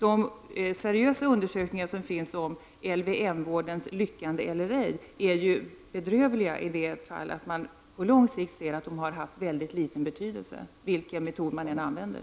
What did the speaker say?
De seriösa undersökningar som finns om LVM-vårdens resultat är ju bedrövliga på det sättet att de visar att det på lång sikt har mycket liten betydelse vilken metod man använder.